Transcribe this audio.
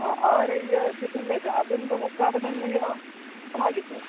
ᱦᱮᱸ ᱟᱨ ᱤᱭᱟᱹ ᱪᱮᱫᱵᱮᱱ ᱞᱟᱹᱭᱮᱫᱟ ᱟᱹᱵᱤᱱ ᱫᱚ ᱚᱠᱟ ᱨᱮᱵᱤᱱ ᱤᱭᱟᱹᱭ ᱯᱟᱲᱦᱟᱜ ᱜᱮᱛᱮ